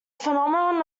phenomenon